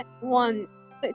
one